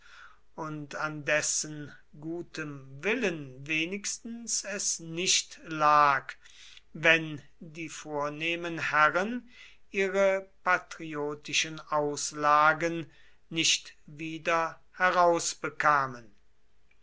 und an dessen gutem willen wenigstens es nicht lag wenn die vornehmen herren ihre patriotischen auslagen nicht wieder